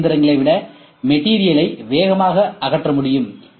M இயந்திரங்களை விட மெட்டீரியல்ஐ வேகமாக அகற்ற முடியும்